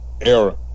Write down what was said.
era